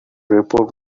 report